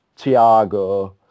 Thiago